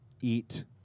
eat